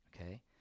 okay